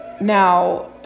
Now